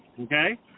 okay